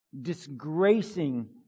Disgracing